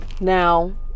Now